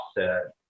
offset